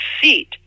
seat